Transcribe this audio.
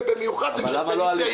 ובמיוחד של פניציה.